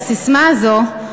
את הססמה הזאת,